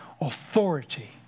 authority